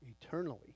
eternally